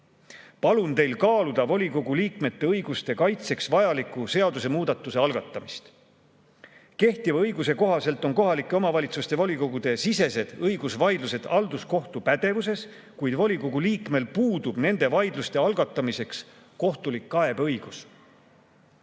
Palun teil kaaluda volikogu liikmete õiguste kaitseks vajaliku seadusemuudatuse algatamist. [---] Kehtiva õiguse kohaselt on kohalike omavalitsuste volikogude sisesed õigusvaidlused halduskohtu pädevuses, kuid volikogu liikmel puudub nende vaidluste algatamiseks kohtulik kaebeõigus.